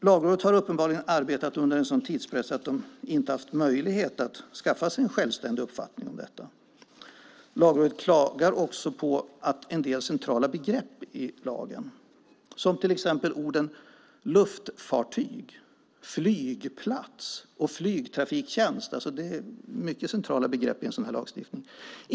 Lagrådet har uppenbarligen arbetat under en sådan tidspress att de inte haft möjlighet att skaffa sig en självständig uppfattning om detta. Lagrådet klagar också på att en del centrala begrepp i lagen inte har fått någon definition. Det gäller till exempel orden luftfartyg, flygplats och flygtrafiktjänst - det är mycket centrala begrepp i en sådan här lagstiftning.